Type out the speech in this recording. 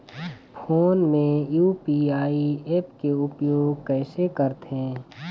Phone मे UPI app के उपयोग कइसे करथे?